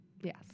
Yes